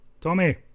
Tommy